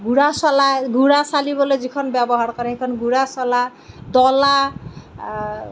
গুড়া চলা গুড়া চালিবলৈ যিখন ব্যৱহাৰ কৰে সেইখন গুড়া চলা ডলা